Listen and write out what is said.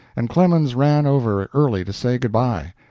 and clemens ran over early to say good-by.